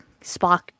spock